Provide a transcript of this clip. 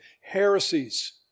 heresies